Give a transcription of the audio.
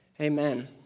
amen